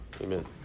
amen